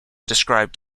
described